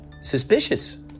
suspicious